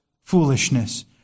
foolishness